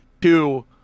two